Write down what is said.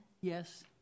Yes